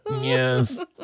Yes